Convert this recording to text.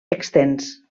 extens